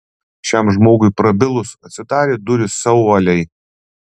šiam žmogui prabilus atsidarė durys sauvalei